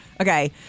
okay